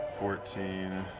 fourteen,